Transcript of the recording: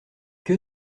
que